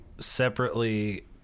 separately